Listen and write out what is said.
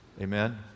Amen